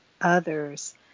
others